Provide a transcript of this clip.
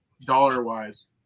dollar-wise